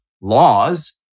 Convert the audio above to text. laws